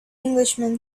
englishman